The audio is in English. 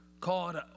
called